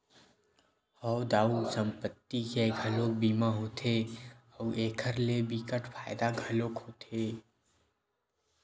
हव दाऊ संपत्ति के घलोक बीमा होथे अउ एखर ले बिकट फायदा घलोक होथे